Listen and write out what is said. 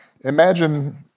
imagine